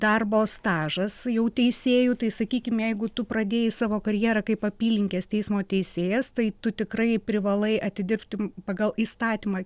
darbo stažas jau teisėjų tai sakykim jeigu tu pradėjai savo karjerą kaip apylinkės teismo teisėjas tai tu tikrai privalai atidirbti pagal įstatymą